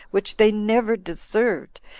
which they never deserved,